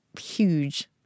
huge